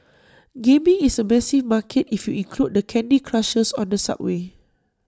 gaming is A massive market if you include the candy Crushers on the subway